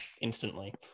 instantly